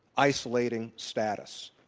isolating status.